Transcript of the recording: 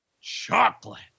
Chocolate